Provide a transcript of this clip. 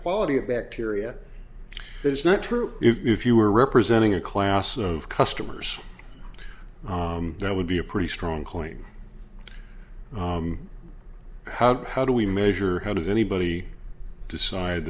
quality of bacteria is not true if you were representing a class of customers that would be a pretty strong claim how do how do we measure how does anybody decide